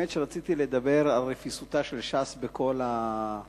האמת היא שרציתי לדבר על רפיסותה של ש"ס בכל התהליך,